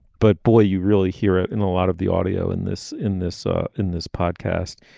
but boy you really hear it in a lot of the audio in this in this ah in this podcast.